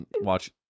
watch